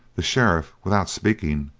the sheriff, without speaking,